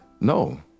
No